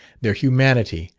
their humanity,